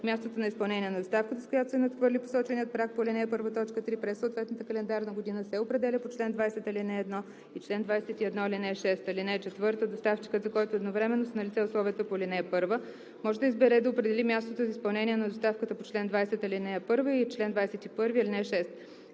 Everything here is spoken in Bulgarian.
Мястото на изпълнение на доставката, с която се надхвърли посоченият праг по ал. 1, т. 3 през съответната календарна година, се определя по чл. 20, ал. 1 и чл. 21, ал. 6. (4) Доставчикът, за който едновременно са налице условията по ал. 1, може да избере да определи мястото на изпълнение на доставката по чл. 20, ал. 1 и чл. 21, ал. 6.